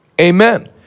amen